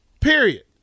Period